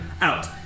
out